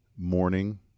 morning